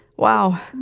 wow,